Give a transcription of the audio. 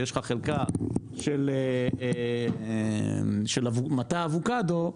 יש לך חלקה של מטע אבוקדו,